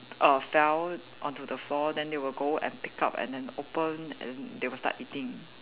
err fell onto the floor then they will go and pick up and then open and then they will start eating